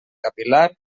capil·lar